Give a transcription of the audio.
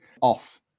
off